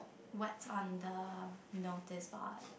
what's on the notice board